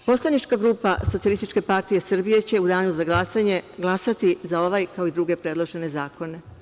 Poslanička grupa Socijalistička partije Srbije će u danu za glasanje glasati za ovaj, kao i druge predložene zakone.